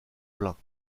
pleins